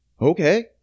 Okay